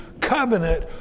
covenant